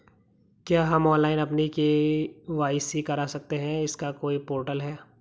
क्या हम ऑनलाइन अपनी के.वाई.सी करा सकते हैं इसका कोई पोर्टल है?